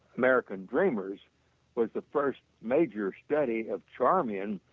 american dreamers was the first major study of charmian